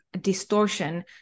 distortion